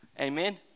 Amen